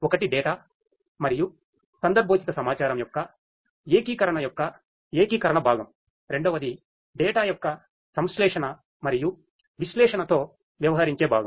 ఒకటి డేటా యొక్క సంశ్లేషణ మరియు విశ్లేషణతో వ్యవహరించే భాగం